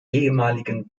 ehemaligen